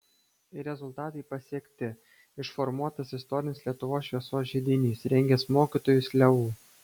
ir rezultatai pasiekti išformuotas istorinis lietuvos šviesos židinys rengęs mokytojus leu